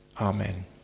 Amen